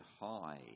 high